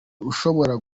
ushobora